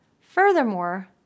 Furthermore